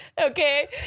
Okay